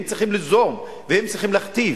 הם צריכים ליזום והם צריכים להכתיב,